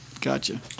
Gotcha